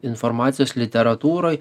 informacijos literatūroj